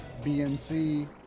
BNC